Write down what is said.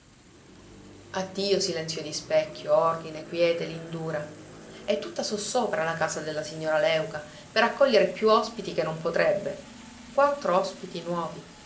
addio silenzio di specchio ordine quiete lindura e tutta sossopra la casa della signora léuca per accogliere più ospiti che non potrebbe quattro ospiti nuovi